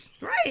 right